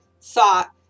thought